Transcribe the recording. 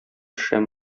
шәм